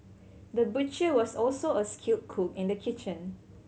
the butcher was also a skilled cook in the kitchen